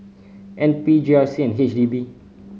N P G R C and H D B